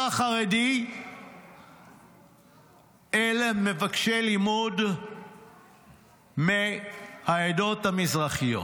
החרדי אל מבקשי לימוד מהעדות המזרחיות.